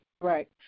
Right